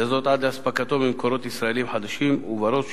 וזאת עד לאספקתו ממקורות ישראליים חדשים, ובראש